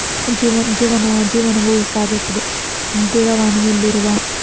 ಜೀವನ ಜೀವನ ಜೀವನವು ಸಾಗುತ್ತಿದೆ ದೂರವಾಣಿಯಲ್ಲಿರುವ